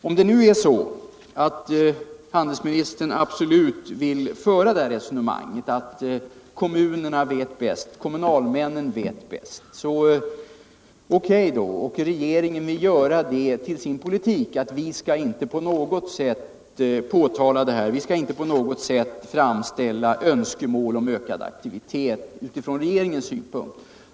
Om det nu är så att handelsministern absolut vill föra det här resonemanget att kommunerna vet bäst, kommunalmännen vet bäst, så O. K. Regeringen vill tydligen göra det till sin princip, att man skall inte på något sätt påtala detta, man skall inte på något sätt framställa önskemål om ökad aktivitet utifrån regeringens synpunkt.